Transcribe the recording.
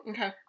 Okay